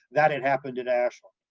that it happened at ashland.